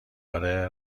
آره